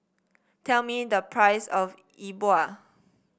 tell me the price of Yi Bua